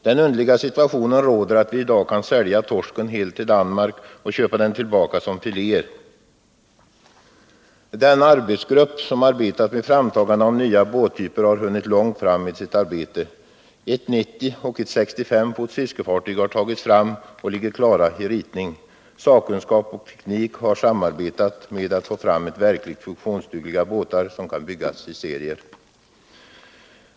Den underliga situationen råder att vi i dag kan sälja torsken hel till Danmark och köpa den tillbaka som filéer. Den arbetsgrupp som arbetat med framtagande av nya båttyper har hunnit långt i sitt arbete. Ett 90 fots och ett 65 fots fiskefartyg har tagits fram och ligger klara i ritning. Sakkunskap och teknik har samarbetat för att få fram verkligt funktionsdugliga båtar, som kan byggas i serier.